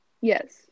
yes